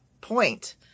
point